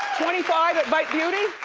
twenty five at bite beauty.